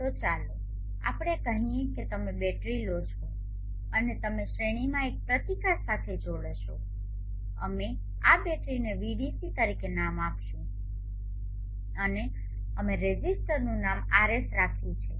તો ચાલો આપણે કહીએ કે તમે બેટરી લો છો અને તમે શ્રેણીમાં એક પ્રતિકાર સાથે જોડશો અમે આ બેટરીને Vdc તરીકે નામ આપીશું અને અમે રેઝિસ્ટરનું નામ RS રાખ્યું છે